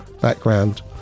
background